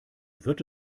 wird